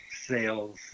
sales